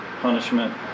punishment